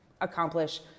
accomplish